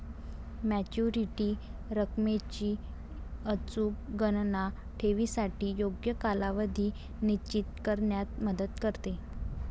maturity रकमेची अचूक गणना ठेवीसाठी योग्य कालावधी निश्चित करण्यात मदत करते